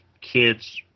Kids